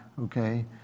okay